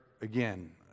again